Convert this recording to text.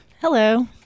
hello